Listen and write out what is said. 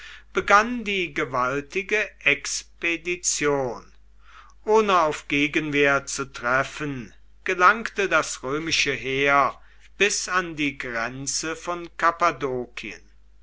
begann die gewaltige expedition ohne auf gegenwehr zu treffen gelangte das römische heer bis an die grenze von